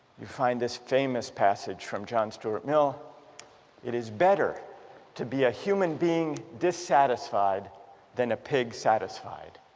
you find this famous passage from john stuart mill it is better to be a human being dissatisfied then a pig satisfied.